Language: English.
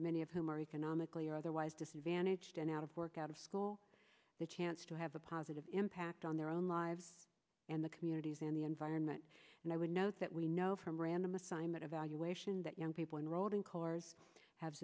many of whom are economically or otherwise disadvantaged and out of work out of school the chance to have a positive impact on their own lives and the communities and the environment and i would note that we know from random assignment evaluation that young people enrolled in corps have